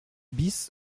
bis